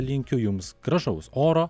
linkiu jums gražaus oro